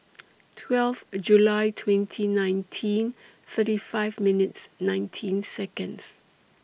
twelve A July twenty nineteen thirty five minutes nineteen Seconds